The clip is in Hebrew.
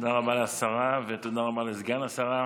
תודה רבה לשרה ותודה רבה לסגן השרה.